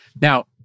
Now